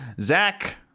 Zach